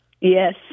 Yes